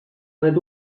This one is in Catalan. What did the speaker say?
ret